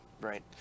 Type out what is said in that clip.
right